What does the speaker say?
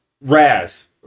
raz